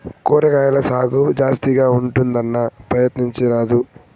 కూరగాయల సాగు జాస్తిగా ఉంటుందన్నా, ప్రయత్నించరాదూ